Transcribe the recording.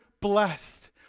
blessed